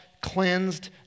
cleansed